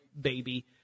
baby